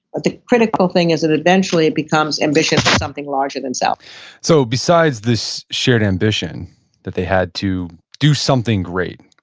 the critical thing is that eventually it becomes ambition for something larger than self so besides this shared ambition that they had to do something great,